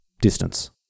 distance